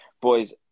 boys